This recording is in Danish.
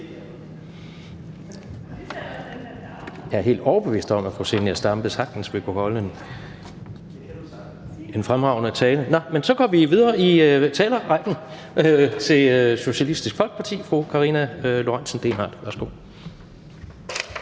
Jeg er helt overbevist om, at fru Zenia Stampe sagtens vil kunne holde en fremragende tale. Nå, men så går vi videre i talerrækker til Socialistisk Folkeparti. Fru Karina Lorentzen Dehnhardt,